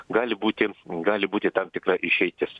gali būti gali būti tam tikra išeitis